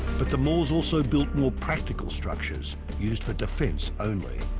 but the moors also built more practical structures used for defence only